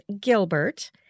Gilbert